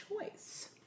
choice